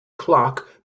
clock